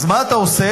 אז מה אתה עושה?